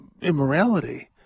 immorality